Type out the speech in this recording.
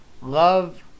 Love